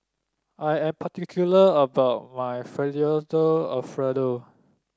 I am particular about my Fettuccine Alfredo